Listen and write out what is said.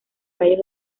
rayos